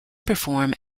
perform